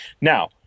Now